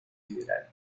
liberal